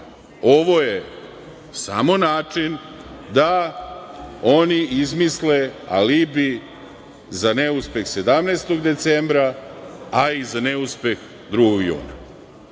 ovo je samo način da oni izmisle alibi za neuspeh 17. decembra, a i za neuspeh 2. juna.